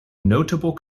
notable